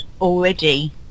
already